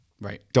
Right